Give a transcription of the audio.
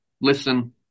listen